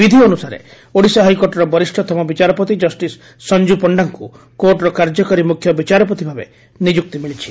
ବିଧି ଅନୁସାରେ ଓଡିଶା ହାଇକୋର୍ଟର ବରିଷତମ ବିଚାରପତି ଜଷିସ ସଞ୍ ପଶ୍ଢାଙ୍କୁ କୋର୍ଟର କାର୍ଯ୍ୟକାରୀ ମୁଖ୍ୟ ବିଚାରପତିଭାବେ ନିଯୁକ୍ତି ମିଳିଛି